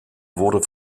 wurde